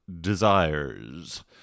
desires